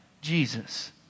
Jesus